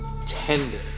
tender